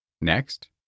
Next